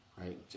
Right